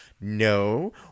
No